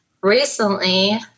recently